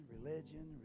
religion